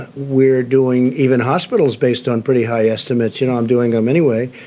ah we're doing even hospitals based on pretty high estimates. you know, i'm doing them anyway.